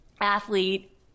athlete